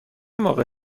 موقع